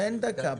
אין דקה,